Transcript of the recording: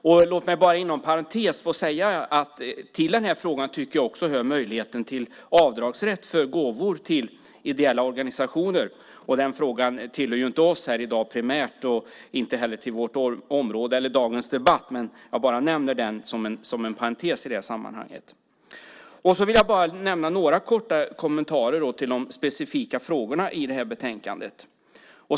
Inom parentes vill jag säga att jag tycker att till den här frågan hör möjligheten till avdragsrätt för gåvor till ideella organisationer. Den frågan tillhör ju inte primärt oss här i dag och den hör inte heller till vårt område eller dagens debatt. Jag bara nämner den som en parentes. Jag ska göra några kommentarer till de specifika frågorna i betänkandet.